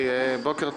בוקר טוב,